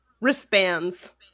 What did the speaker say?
wristbands